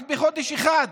רק בחודש אחד,